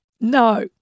No